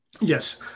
Yes